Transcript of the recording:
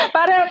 Para